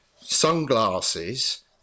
sunglasses